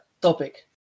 topic